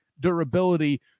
durability